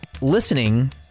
Listening